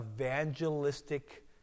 evangelistic